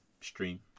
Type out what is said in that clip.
Stream